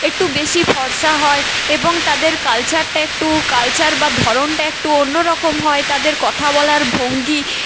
একটু বেশি ফর্সা হয় এবং তাদের কালচারটা একটু কালচার বা ধরনটা একটু অন্যরকম হয় তাদের কথা বলার ভঙ্গি